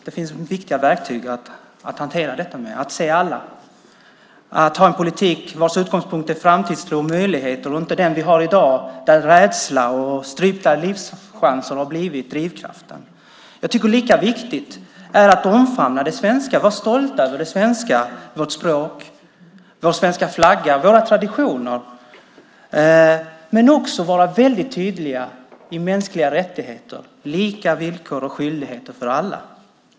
Det finns viktiga verktyg att hantera detta med: att se alla och ha en politik vars utgångspunkt är framtidstro och möjligheter, inte den vi har i dag, där rädsla och strypta livschanser har blivit drivkraften. Lika viktigt är att omfamna och vara stolta över det svenska - vårt språk, vår svenska flagga och våra traditioner - men också att vara väldigt tydliga om mänskliga rättigheter och lika villkor och skyldigheter för alla.